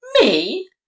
Me